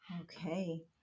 Okay